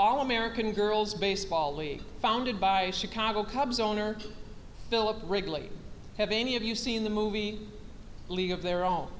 all american girls baseball league founded by chicago cubs owner philip regulate have any of you seen the movie league of their own